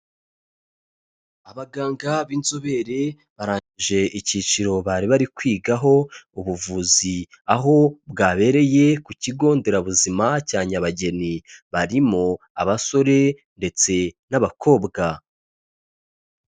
Abaganga b'inzobere barangije icyiciro bari bari kwigaho ubuvuzi aho bwabereye ku kigo nderabuzima cya Nyabageni, barimo abasore ndetse n'abakobwa.